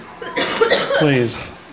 please